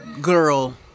girl